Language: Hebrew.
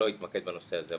לא התמקד בנושא הזה.